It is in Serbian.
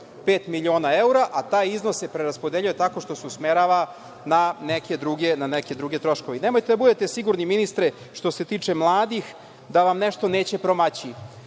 miliona evra, a taj iznos se preraspodeljuje tako što se usmerava na neke druge troškove. Nemojte da budete sigurni, ministre, što se tiče mladih, da vam nešto neće promaći.